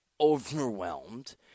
overwhelmed